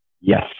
Yes